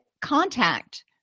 contact